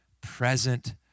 present